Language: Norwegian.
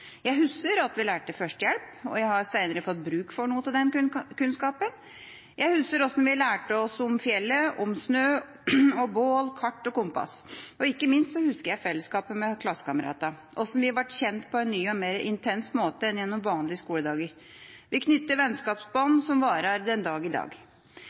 Jeg husker at vi lærte førstehjelp, og jeg har seinere fått bruk for noe av den kunnskapen. Jeg husker hvordan vi lærte om fjell, snø, bål, kart og kompass. Og ikke minst husker jeg fellesskapet med klassekameratene – hvordan vi ble kjent på en ny og mer intens måte enn gjennom vanlige skoledager. Vi knyttet vennskapsbånd som varer den dag i dag.